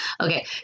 okay